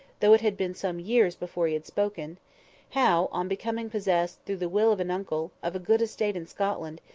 though it had been some years before he had spoken how, on becoming possessed, through the will of an uncle, of a good estate in scotland,